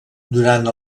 durant